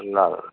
ल ल